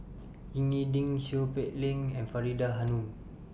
Ying E Ding Seow Peck Leng and Faridah Hanum